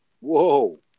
Whoa